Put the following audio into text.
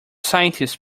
scientists